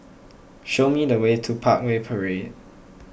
show me the way to Parkway Parade